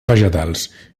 vegetals